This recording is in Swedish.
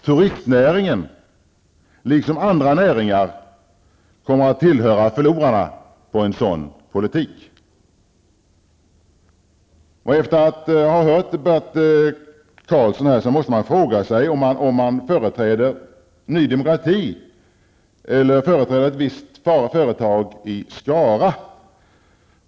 Turistnäringen liksom andra näringar kommer att tillhöra förlorarna på en sådan politik. Efter att jag har hört Bert Karlsson här måste jag fråga om han företräder Ny Demokrati eller ett visst företag i Skara.